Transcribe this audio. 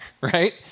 Right